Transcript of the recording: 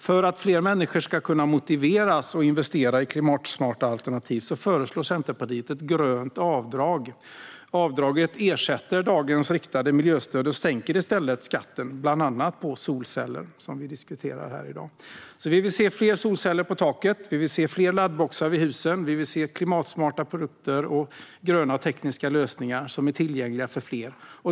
För att fler människor ska kunna motiveras att investera i klimatsmarta alternativ föreslår Centerpartiet ett grönt avdrag. Avdraget ersätter dagens riktade miljöstöd och sänker i stället skatten bland annat på solceller, som vi diskuterar här i dag. Vi vill se fler solceller på taken och fler laddboxar vid husen. Vi vill se klimatsmarta produkter och gröna tekniska lösningar som är tillgängliga för fler.